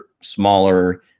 smaller